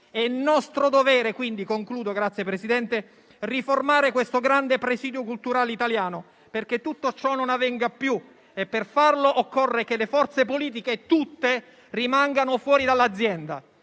e non certo da ieri. È nostro dovere riformare questo grande presidio culturale italiano perché tutto ciò non avvenga più e, per farlo, occorre che le forze politiche, tutte, rimangano fuori dall'azienda.